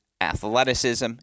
athleticism